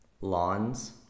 Lawns